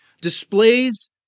displays